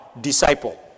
disciple